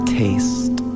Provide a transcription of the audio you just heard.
taste